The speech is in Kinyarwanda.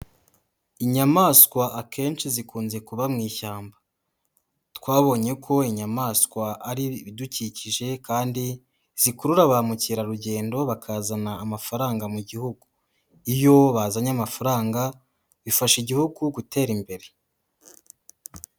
Inyamaswa akenshi zikunze kuba mu ishyamba, twabonye ko inyamaswa ari ibidukikije kandi zikurura ba mukerarugendo bakazana amafaranga mu gihugu, iyo bazanye amafaranga bifasha Igihugu gutera imbere.